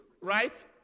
right